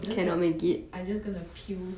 I'm just gonna peel